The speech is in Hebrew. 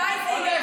מתי זה יהיה?